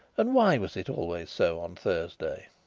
and why was it always so on thursday?